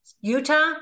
Utah